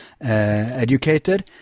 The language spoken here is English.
educated